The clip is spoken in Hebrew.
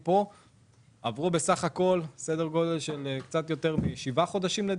עברו מאז קצת יותר משבעה חודשים.